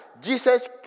Jesus